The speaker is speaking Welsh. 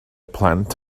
plant